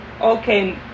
Okay